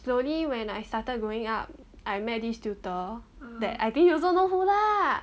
the only when I started going up I met this tutor that I think you also know who lah